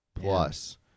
plus